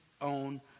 own